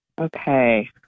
Okay